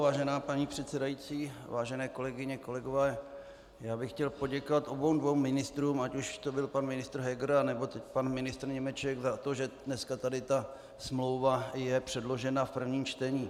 Vážená paní předsedající, vážené kolegyně, kolegové, já bych chtěl poděkovat obě ministrům, ať už to byl pan ministr Heger, anebo teď pan ministr Němeček, za to, že dnes je tady ta smlouva předložena v prvním čtení.